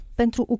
pentru